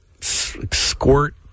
squirt